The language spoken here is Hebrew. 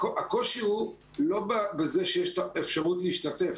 הקושי הוא לא בזה שיש אפשרות להשתתף,